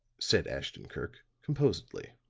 said ashton-kirk, composedly.